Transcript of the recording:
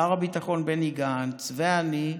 שר הביטחון בני גנץ ואני,